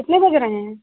कितने बज रहे हैं